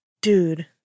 dude